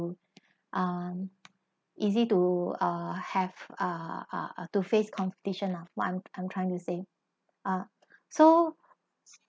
um easy to uh have uh ah to face competition ah what I'm trying to say ah so